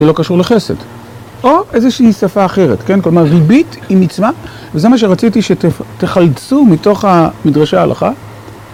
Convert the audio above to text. לא קשור לחסד, או איזושהי שפה אחרת, כלומר ריבית היא מצווה, וזה מה שרציתי שתחלצו מתוך מדרשי ההלכה